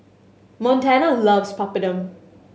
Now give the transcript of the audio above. Montana loves Papadum